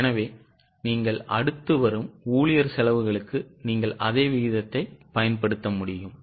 எனவே நீங்கள் அடுத்து வரும் ஊழியர் செலவுகளுக்கும் நீங்கள் அதே விகிதத்தை பயன்படுத்த முடியும்